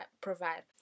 provide